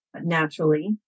naturally